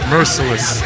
Merciless